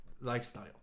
lifestyle